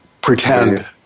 pretend